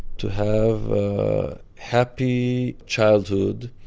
to have a happy childhood,